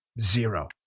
Zero